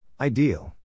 Ideal